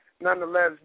nonetheless